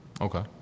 Okay